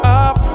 up